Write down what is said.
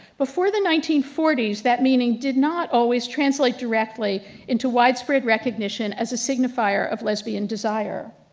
before the nineteen forties that meaning did not always translate directly into widespread recognition as a signifier of lesbian desire.